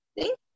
Thank